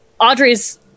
Audrey's